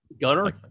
Gunner